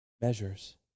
measures